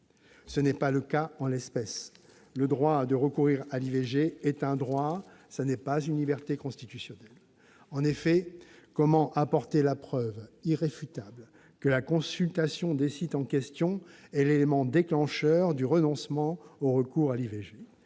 Tel n'est pas le cas en l'espèce. Le droit de recourir à l'IVG est un droit, et non une liberté constitutionnelle. En effet, comment apporter la preuve irréfutable que la consultation des sites en question est l'élément déclencheur du renoncement au recours à l'IVG ?